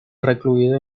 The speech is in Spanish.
recluido